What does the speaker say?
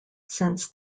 since